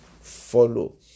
follow